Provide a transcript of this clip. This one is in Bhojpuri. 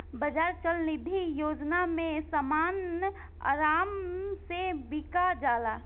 बाजार चल निधी योजना में समान आराम से बिका जाला